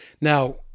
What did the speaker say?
Now